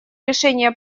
решения